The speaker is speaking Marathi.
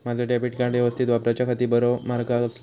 माजा डेबिट कार्ड यवस्तीत वापराच्याखाती बरो मार्ग कसलो?